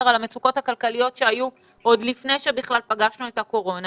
על המצוקות הכלכליות שהיו עוד לפני שפגשנו את הקורונה